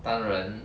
班主任